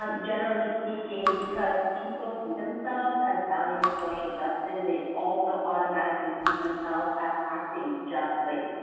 um generally speaking, because people see themselves as valuing social justice. they also automatically see themselves as acting justly